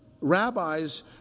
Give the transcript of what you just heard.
Rabbis